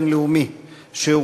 מס' 1094,